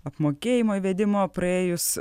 apmokėjimo įvedimo praėjus